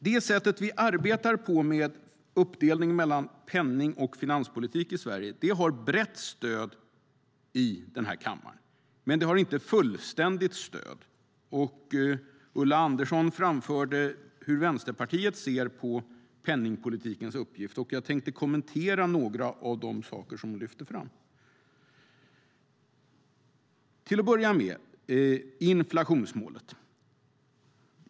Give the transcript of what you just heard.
Det sätt vi arbetar på, med uppdelningen mellan penning och finanspolitik, har brett stöd i denna kammare. Det har dock inte fullständigt stöd. Ulla Andersson framförde hur Vänsterpartiet ser på penningpolitikens uppgift, och jag tänkte kommentera några av de saker hon lyfte fram. Till att börja med vill jag ta upp inflationsmålet.